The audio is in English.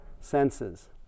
senses